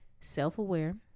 self-aware